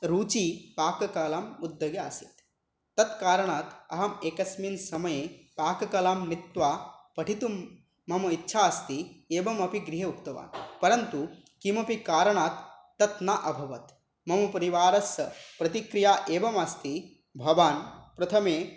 रुचिः पाककलाम् उद्योगे आसीत् तत्कारणात् अहम् एकस्मिन् समये पाककलां नीत्वा पठितुं मम इच्छा अस्ति एवमपि गृहे उक्तवान् परन्तु किमपि कारणात् तत् न अभवत् मम परिवारस्स प्रतिक्रिया एवम् अस्ति भवान् प्रथमे